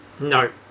No